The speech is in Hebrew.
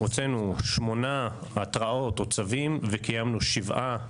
הוצאנו שמונה התראות או צווים וקיימנו שבעה שימועים.